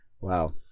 Wow